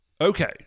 Okay